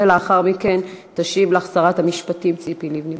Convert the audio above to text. ולאחר מכן תשיב לך שרת המשפטים ציפי לבני.